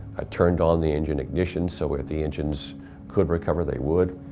i turned on the engine ignition so if the engines could recover, they would.